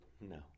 No